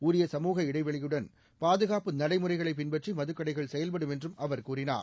உரிய சமூக இடைவெளியுடன் பாதுகாப்பு நடைமுறைகளை பின்பற்றி மதுக்கடைகள் செயல்படும் என்றும் அவர் கூறினார்